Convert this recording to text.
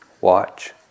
watch